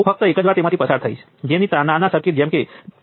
હું આ સર્કિટ લઉ